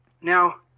Now